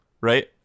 Right